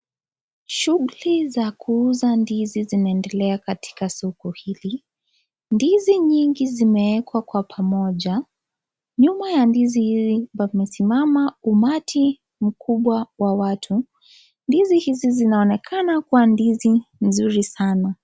Shughuli za kuuza ndizi zinaendelea katika soko hili, ndizi nyingi zimeekwa Kwa pamoja, nyuma ya ndizi pamesimama umati mkubwa wa watu . Ndizi hizi zinaonekana kuwa ndizi nzuri sana.